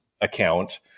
account